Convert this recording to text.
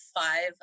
five